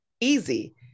easy